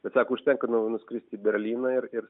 bet sako užtenka nuskristi į berlyną ir ir